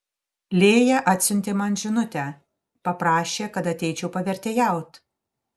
lėja atsiuntė man žinutę paprašė kad ateičiau pavertėjaut